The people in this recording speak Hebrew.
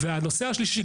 והנושא השלישי,